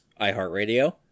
iHeartRadio